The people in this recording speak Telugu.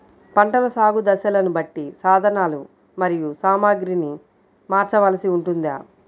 పంటల సాగు దశలను బట్టి సాధనలు మరియు సామాగ్రిని మార్చవలసి ఉంటుందా?